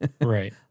Right